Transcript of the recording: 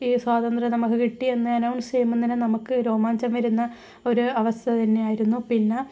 ഈ സ്വാതന്ത്ര്യം നമുക്ക് കിട്ടിയതെന്ന് അനൗൺസ് ചെയ്യുമ്പോൾ തന്നെ നമുക്ക് രോമാഞ്ചം വരുന്ന ഒരു അവസ്ഥ തന്നെയായിരുന്നു പിന്നെ